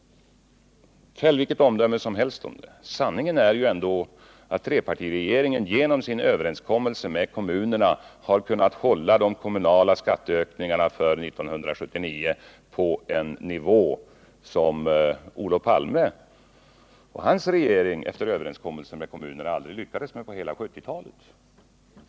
Fäll vilket omdöme som helst, men sanningen är att trepartiregeringen genom sin överenskommelse med kommunerna har kunnat hålla de kommunala skatteökningarna för 1979 på en lägre nivå än som Olof Palme och hans regering efter överenskommelse med kommunerna lyckades med under hela 1970-talet.